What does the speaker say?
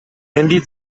handy